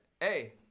Hey